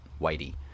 whitey